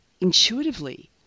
intuitively